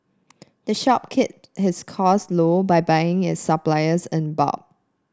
the shop keep his cost low by buying it supplies in bulk